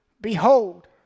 Behold